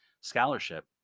scholarship